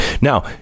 Now